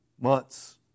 months